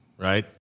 right